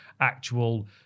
actual